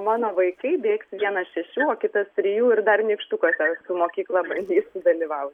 mano vaikai bėgs vienas šešių o kitas trijų ir dar nykštukuose su mokykla bandys sudalyvau